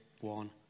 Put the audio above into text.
one